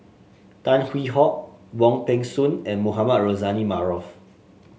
Tan Hwee Hock Wong Peng Soon and Mohamed Rozani Maarof